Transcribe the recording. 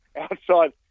outside